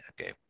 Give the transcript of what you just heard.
Okay